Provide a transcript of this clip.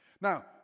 Now